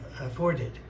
afforded